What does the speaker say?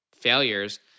failures